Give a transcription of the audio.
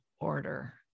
order